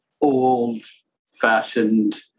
old-fashioned